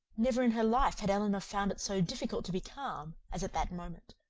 never in her life had elinor found it so difficult to be calm, as at that moment.